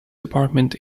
department